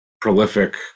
prolific